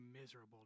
miserable